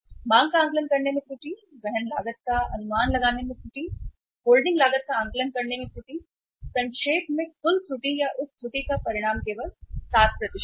मांग का आकलन करने में त्रुटि वहन लागत का अनुमान लगाने में त्रुटि होल्डिंग लागत का आकलन करने में त्रुटि संक्षेप में कुल त्रुटि या उस त्रुटि का परिमाण केवल 7 है